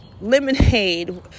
lemonade